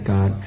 God